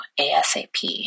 ASAP